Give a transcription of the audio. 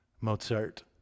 Mozart